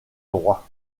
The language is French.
droit